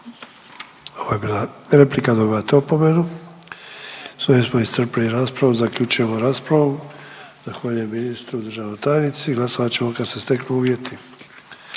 Ovo je bila replika, dobivate opomenu. S ovim smo iscrpili raspravu, zaključujemo raspravu, zahvaljujem ministru i državnoj tajnici, glasovat ćemo kad se steknu uvjeti.